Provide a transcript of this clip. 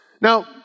Now